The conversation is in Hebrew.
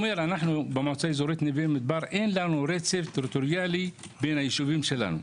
במועצה אזורית נווה מדבר אין לנו רצף טריטוריאלי בין הישובים שלנו.